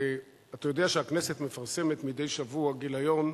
אתה יודע שהכנסת מפרסמת מדי שבוע גיליון,